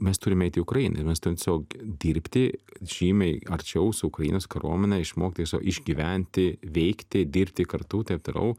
mes turime eiti į ukrainą ir mes ten tiesiog dirbti žymiai arčiau su ukrainos kariuomene išmokti viso išgyventi veikti dirbti kartu taip toliau